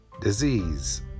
Disease